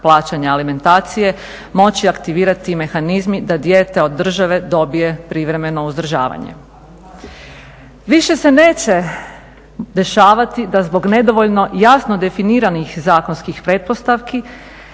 plaćanja alimentacije moći aktivirati mehanizmi da dijete od države dobije privremeno uzdržavanje. Više se neće dešavati da zbog nedovoljno jasno definiranih zakonskih pretpostavki